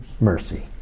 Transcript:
mercy